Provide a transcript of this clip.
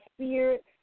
spirit